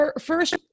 First